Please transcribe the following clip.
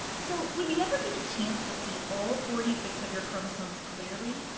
so, would you ever get a chance to see all forty six of your chromosomes clearly?